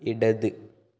ഇടത്